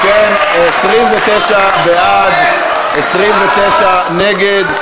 אם כן, 29 בעד ו-29 נגד.